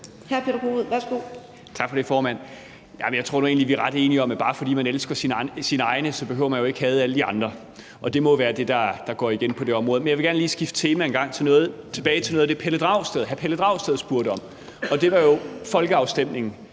15:20 Peter Kofod (DF): Tak for det, formand. Jeg tror nu egentlig, vi er ret enige om, at man, bare fordi man elsker sine egne, jo ikke behøver at hade alle de andre, og det må være det, der går igen på det område. Men jeg vil gerne lige skifte tema og vende tilbage til noget af det, som hr. Pelle Dragsted spurgte om, og det var jo folkeafstemningselementet